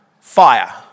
fire